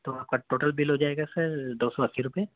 تو آپ کا ٹوٹل بل ہوجائے گا سر دوسو اَسی روپیے